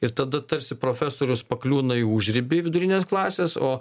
ir tada tarsi profesorius pakliūna į užribį vidurinės klasės o